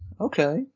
Okay